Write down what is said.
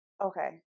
Okay